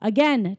Again